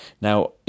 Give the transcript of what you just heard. Now